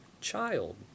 Child